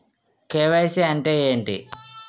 KYC అంటే ఏంటి?